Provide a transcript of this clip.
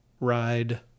ride